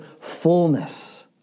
fullness